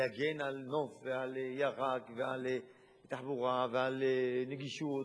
להגן על נוף ועל ירק ועל תחבורה ועל נגישות,